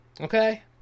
okay